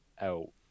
out